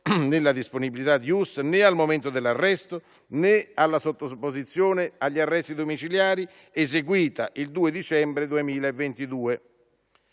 nella disponibilità di Uss, né al momento dell'arresto, né a quello della sottoposizione agli arresti domiciliari, eseguita il 2 dicembre 2022.